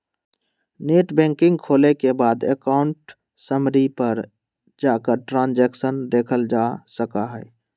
net banking खोले के बाद अकाउंट समरी पर जाकर ट्रांसैक्शन देखलजा सका हई